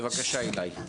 בבקשה אילאי.